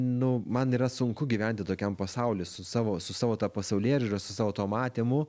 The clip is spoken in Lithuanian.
nu man yra sunku gyventi tokiam pasauly su savo su savo ta pasaulėžiūra su savo tuo matymu